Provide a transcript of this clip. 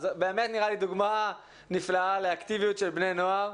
זה באמת נראה לי דוגמה נפלאה לאקטיביות של בני נוער.